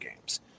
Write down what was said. games